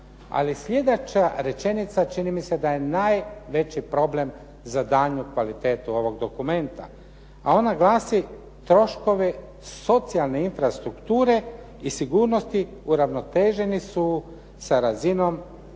Ali sljedeća rečenica čini mi se da je najveći problem za daljnju kvalitetu ovog dokumenta, a ona glasi troškovi socijalne infrastrukture i sigurnosti uravnoteženi su sa razinom